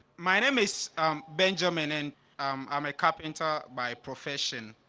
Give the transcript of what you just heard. my name is benjamin and i'm a carpenter by profession